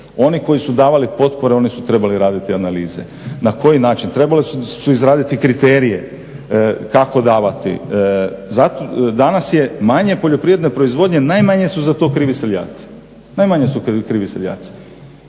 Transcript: oni koji su davali potpore oni su trebali raditi analize. Na koji način? Trebali su izraditi kriterije kako davati. Danas je manje poljoprivredne proizvodnje, najmanje su za to krivi seljaci. Pogrešan je bio sustav